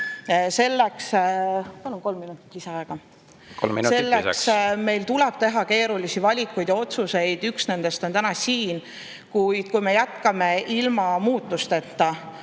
Selleks tuleb meil teha keerulisi valikuid ja otsuseid. Üks nendest on täna siin. Kui me jätkame ilma muutusteta,